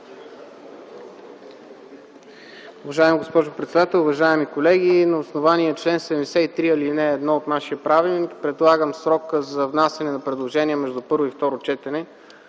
Уважаема госпожо председател, уважаеми колеги! На основание чл. 73, ал. 1 от нашия правилник, предлагам срокът за внасяне на предложения между първо и второ четене